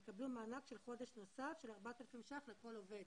שיקבלו מענק של חודש נוסף של 4000 ש"ח לכל עובד.